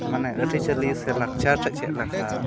ᱢᱟᱱᱮ ᱟᱹᱨᱤᱪᱟᱹᱞᱤ ᱥᱮ ᱞᱟᱠᱪᱟᱨ ᱪᱮᱫᱞᱮᱠᱟ